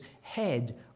head